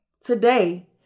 Today